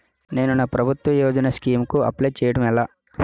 నేను నా ప్రభుత్వ యోజన స్కీం కు అప్లై చేయడం ఎలా?